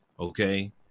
Okay